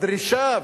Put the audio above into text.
הדרישה,